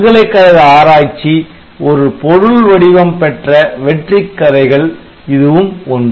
பல்கலைக்கழக ஆராய்ச்சி ஒரு பொருள் வடிவம் பெற்ற வெற்றிக் கதைகளில் இதுவும் ஒன்று